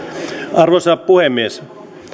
arvoisa puhemies